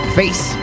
face